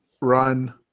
run